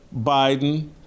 Biden